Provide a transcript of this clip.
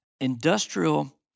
industrial